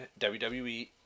WWE